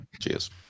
Cheers